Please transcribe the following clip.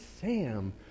Sam